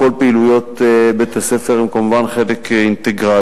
בכל פעילויות בית-הספר הם כמובן חלק אינטגרלי.